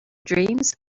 dreams